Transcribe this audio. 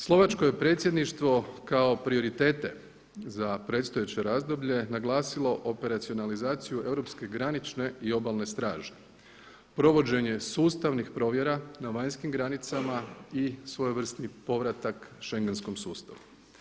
Slovačko je predsjedništvo kao prioritete za predstojeće razdoblje naglasilo operacionalizaciju europske granične i obalne straže, provođenje sustavnih provjera na vanjskim granicama i svojevrsni povratak schengenskom sustavu.